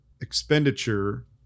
expenditure